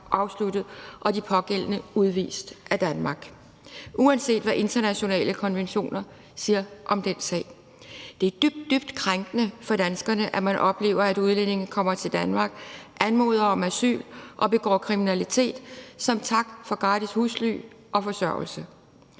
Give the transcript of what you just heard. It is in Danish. afsluttet og de pågældende udvist af Danmark, uanset hvad internationale konventioner siger om den sag. Det er dybt, dybt krænkende for danskerne, at man oplever, at udlændinge kommer til Danmark, anmoder om asyl og begår kriminalitet som tak for gratis husly og forsørgelse.